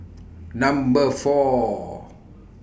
Number four